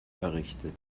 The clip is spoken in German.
errichtet